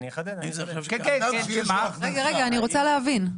רגע, אני רוצה להבין.